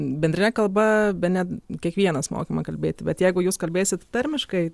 bendrine kalba bene kiekvienas mokame kalbėti bet jeigu jūs kalbėsit tarmiškai